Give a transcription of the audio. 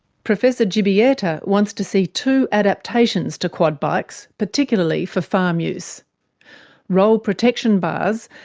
professor grzebieta wants to see two adaptations to quad bikes, particularly for farm use roll protection bars,